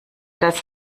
das